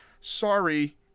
Sorry